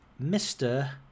Mr